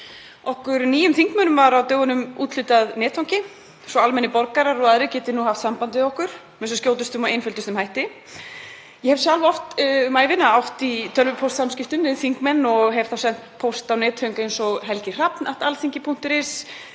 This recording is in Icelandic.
Okkur nýjum þingmönnum var á dögunum úthlutað netfangi svo almennir borgarar og aðrir geti haft samband við okkur með sem skjótustum og einföldustum hætti. Ég hef sjálf oft um ævina átt í tölvupóstssamskiptum við þingmenn og hef þá sent póst á netföng eins og helgihrafn@althingi.is,